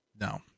No